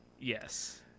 Yes